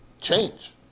change